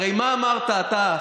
הרי מה אמרת אתה,